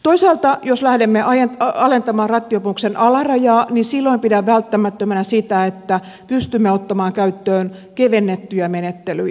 toisaalta jos lähdemme alentamaan rattijuopumuksen alarajaa niin silloin pidän välttämättömänä sitä että pystymme ottamaan käyttöön kevennettyjä menettelyjä